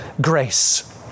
grace